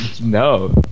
no